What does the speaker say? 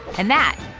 and that.